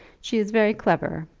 she is very clever,